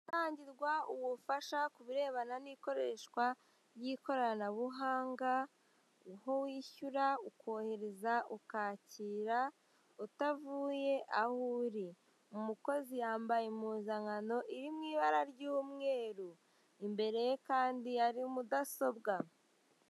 Ahatangirwa ubufasha kubirebana n'ikoreshwa ry'ikoranabuhanga aho wishyura, ukohereza, ukakira utavuye aho uri. Umukozi yambaye impuzankano iri mu ibara ry'umweru imbere ye kandi hari mudasobwa.